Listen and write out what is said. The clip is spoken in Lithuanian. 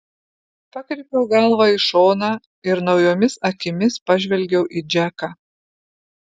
pakreipiau galvą į šoną ir naujomis akimis pažvelgiau į džeką